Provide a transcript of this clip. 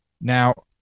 Now